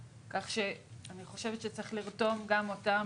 כך שאני חושבת שצריך לרתום להחלטה גם אותם.